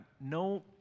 no